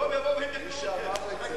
יום יבוא, חכה ותראה.